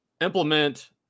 implement